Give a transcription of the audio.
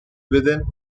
within